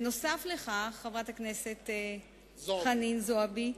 נוסף על כך, חברת הכנסת חנין זועבי,